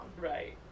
right